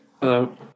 Hello